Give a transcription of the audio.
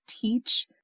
teach